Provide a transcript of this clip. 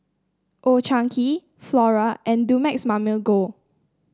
Old Chang Kee Flora and Dumex Mamil Gold